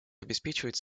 обеспечивать